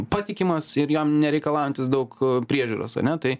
patikimas ir jam nereikalaujantis daug priežiūros ane tai